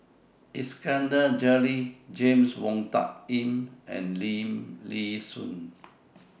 Iskandar Jalil James Wong Tuck Yim and Lim Nee Soon